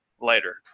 later